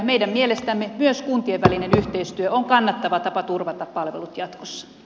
meidän mielestämme myös kuntien välinen yhteistyö on kannattava tapa turvata palvelut jatkossa